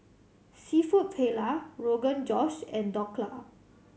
Seafood Paella Rogan Josh and Dhokla